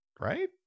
Right